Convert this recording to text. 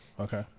Okay